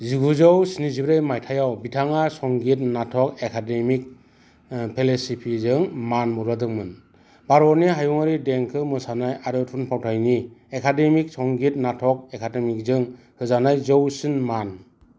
जिगुजौ स्निजिब्रै माइथायाव बिथाङा संगीत नाटक एकादमि फेल'शिपजों मान बावजादोंमोन भारतनि हायुङारि देंखो मोसानाय आरो थुनफावथायनि एकादेमि संगीत नाटक एकादमिजों होजानाय गोजौसिन मान